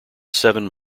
seven